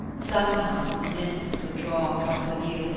sometimes mists would draw across the view,